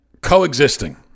Coexisting